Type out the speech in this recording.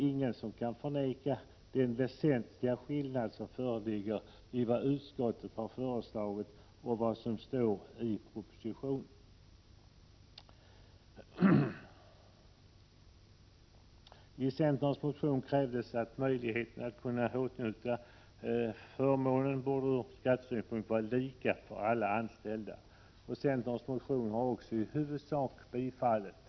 Ingen kan väl förneka den väsentliga skillnaden mellan vad utskottet har föreslagit och vad som står i propositionen. I centerns motion krävs att möjligheten att kunna åtnjuta denna förmån ur skattesynpunkt bör vara lika för alla anställda. Och centerns motion har också i huvudsak biträtts.